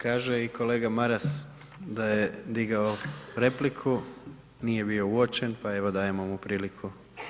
Kaže i kolega Maras da je digao repliku, nije bio uočen pa evo, dajemo mu priliku.